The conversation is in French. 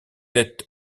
êtes